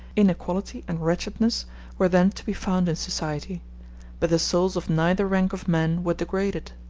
inequality and wretchedness were then to be found in society but the souls of neither rank of men were degraded.